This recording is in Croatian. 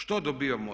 Što dobivamo?